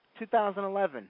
2011